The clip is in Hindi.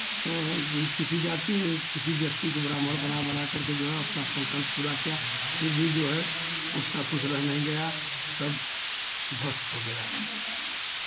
वह किसी जाति के किसी व्यक्ति को ब्राह्मण बना बनाकर के जो है अपना संकल्प पूरा किया फिर भी जो है उसका कुछ रह नहीं गया सब ध्वस्त हो गया